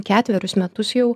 ketverius metus jau